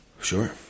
Sure